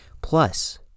Plus